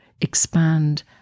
expand